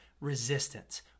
resistance